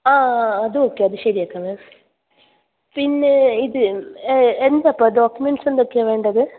ആ ആ അത് ഓക്കേ അത് ശരിയാക്കാം മാം പിന്നെ ഇത് എന്താ ഇപ്പം ഡോക്യൂമെൻസ് എന്തെക്കെയാണ് വേണ്ടത്